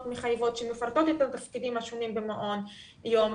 מחייבות שמפרטות את התפקידים השונים במעון יום,